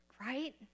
right